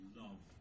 love